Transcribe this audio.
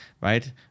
right